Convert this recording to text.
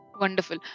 Wonderful